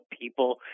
people